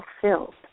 fulfilled